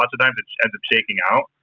lots of times, it ends up shaking out.